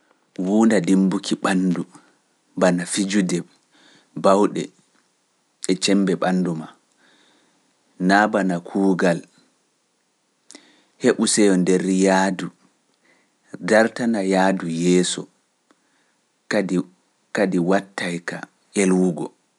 Wona dimbuki ɓanndu bana fijude, baawɗe e cembe ɓanndu maa naa bana kuugal heɓu seyo nder yaadu. dartana yaadu yeeso kadi wattaayka elwugo.